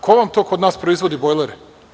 Ko vam to kod nas proizvodi bojlere?